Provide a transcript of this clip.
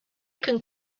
can